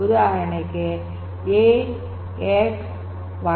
ಉದಾಹರಣೆಗೆ A X Y